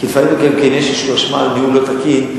כי לפעמים יש איזו אשמה על ניהול לא תקין.